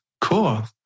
cool